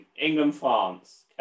England-France